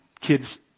kids